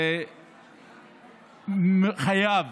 זה חייב